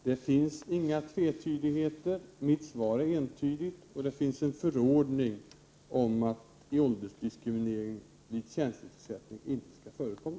Herr talman! Det finns inga tvetydigheter. Mitt svar är entydigt. Det finns en förordning om att åldersdiskriminering vid tjänstetillsättning inte skall förekomma.